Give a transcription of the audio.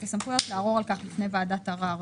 הסמכויות לערור על כך בפני ועדת ערר".